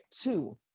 two